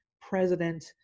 president